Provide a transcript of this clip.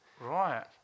Right